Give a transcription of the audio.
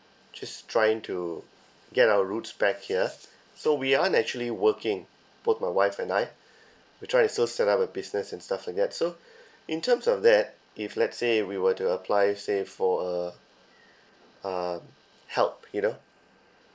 just trying to get our roots back here so we aren't actually working both my wife and I we're trying to still set up a business and stuff like that so in terms of that if let's say we were to apply say for uh uh help you know